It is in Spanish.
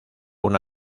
una